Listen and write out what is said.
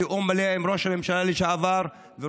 בתיאום מלא עם ראש הממשלה לשעבר וראש